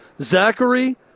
Zachary